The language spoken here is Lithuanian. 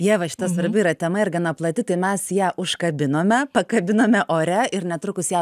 ieva šita svarbi yra tema ir gana plati tai mes ją užkabinome pakabinome ore ir netrukus ją